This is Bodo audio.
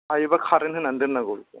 हायोबा कारेन्ट होनानै दोननांगौ